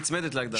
של ביטוח לאומי.